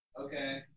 Okay